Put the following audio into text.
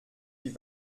die